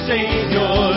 Savior